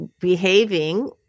behaving